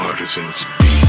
Artisans